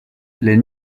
les